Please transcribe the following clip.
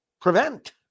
prevent